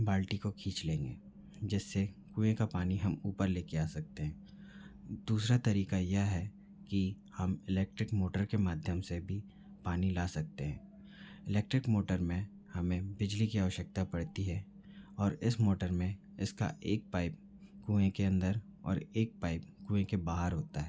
बाल्टी को खींच लेंगे जिससे कुएँ का पानी हम ऊपर ले के आ सकते हैं दूसरा तरीका यह है कि हम इलेक्ट्रिक मोटर के माध्यम से भी पानी ला सकते हैं इलेक्ट्रिक मोटर में हमें बिजली की आवश्यकता पड़ती है और इस मोटर में इसका एक पाइप कुएँ के अंदर और एक पाइप कुएँ के बाहर होता है